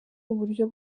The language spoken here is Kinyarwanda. uburyo